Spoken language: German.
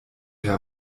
herr